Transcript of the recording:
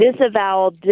disavowal